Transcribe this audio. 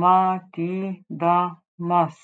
matydamas